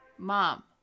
Mom